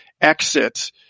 exit